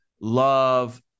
love